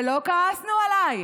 ולא כעסנו עלייך,